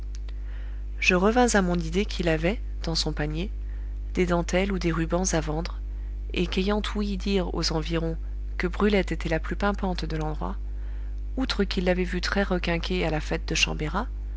je revins à mon idée qu'il avait dans son panier des dentelles ou des rubans à vendre et qu'ayant ouï dire aux environs que brulette était la plus pimpante de l'endroit outre qu'il l'avait vue très requinquée à la fête de chambérat